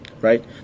right